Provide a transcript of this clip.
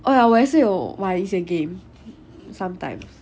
oh ya 我也是有买一些 game sometimes